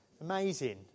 Amazing